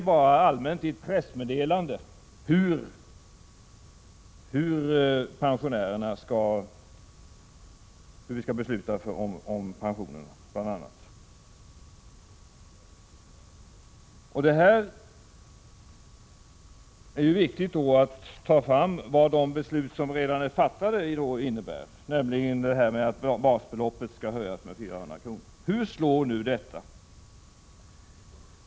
I ett pressmeddelande anges bara rent allmänt hur vi skall besluta om bl.a. pensionerna. Det är också viktigt att ta reda på vad de beslut innebär som redan fattats. Jag avser då detta med att basbeloppet skall höjas med 400 kr. Hur slår nu det?